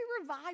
revive